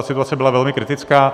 Situace byla velmi kritická.